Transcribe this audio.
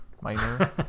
minor